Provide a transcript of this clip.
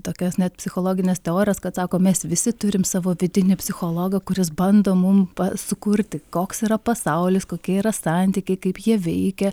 tokias net psichologines teorijas kad sako mes visi turim savo vidinį psichologą kuris bando mum sukurti koks yra pasaulis kokie yra santykiai kaip jie veikia